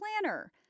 planner